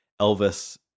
Elvis